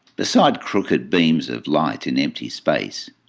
beside crooked beams of light in empty space,